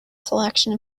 selection